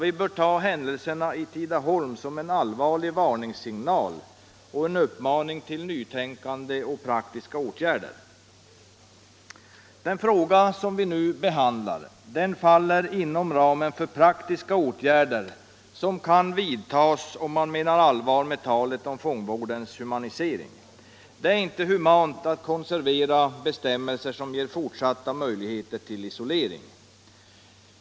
Vi bör ta händelserna i Tidaholm som en allvarlig varningssignal och en uppmaning till nytänkande och praktiska åtgärder. Den fråga som vi nu behandlar faller inom ramen för praktiska åtgärder som kan vidtas om man menar allvar med talet om fångvårdens humanisering. Det är inte humant att konservera bestämmelser som ger fortsatta möjligheter till isolering.